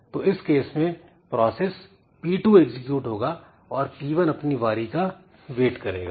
तो इस केस में प्रोसेस P2 एग्जीक्यूट होगा और P1 अपनी बारी का वेट करेगा